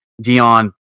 Dion